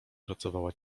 pracowała